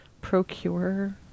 Procure